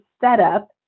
setup